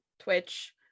Twitch